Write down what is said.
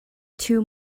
two